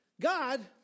God